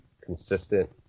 consistent